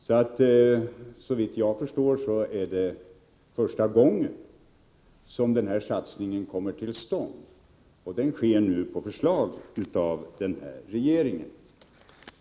Såvitt jag förstår är det första gången som en sådan här satsning kommer till stånd, och den sker på förslag av den nuvarande regeringen.